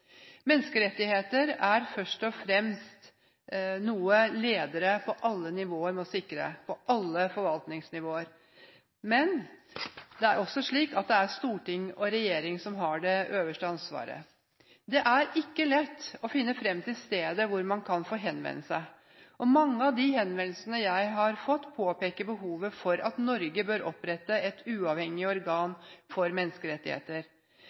Menneskerettigheter er først og fremst noe ledere på alle nivåer må sikre på alle forvaltningsnivåer. Men det er også slik at det er storting og regjering som har det øverste ansvaret. Det er ikke lett å finne fram til stedet hvor man kan henvende seg. Mange av de henvendelsene jeg har fått, påpeker behovet for at Norge bør opprette et uavhengig organ for menneskerettigheter.